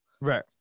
Right